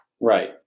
Right